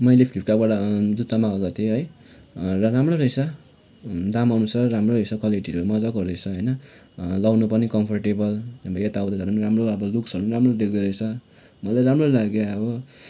मैले फ्लिपकार्टबाट जुत्ता मगाएको थिएँ है र राम्रै रहेछ है दाम अनुसार राम्रै रहेछ क्वालिटीहरू मजाको रहेछ होइन लाउनु पनि कम्फोर्टेबल यताउता जानु पनि राम्रो अब लुक्सहरू पनि राम्रो देख्दो रहेछ मलाई राम्रो लाग्यो अब